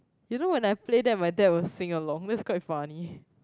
you know when I play that my dad will sing along that's quite funny